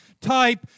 type